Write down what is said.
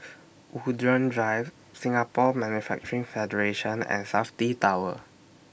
Woollerton Drive Singapore Manufacturing Federation and Safti Tower